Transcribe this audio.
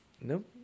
nope